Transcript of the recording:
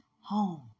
home